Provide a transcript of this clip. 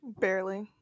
Barely